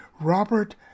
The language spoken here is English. Robert